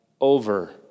over